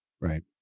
Right